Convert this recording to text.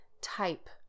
type